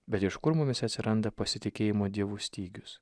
bet iš kur mumyse atsiranda pasitikėjimo dievu stygius